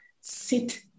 sit